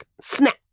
snap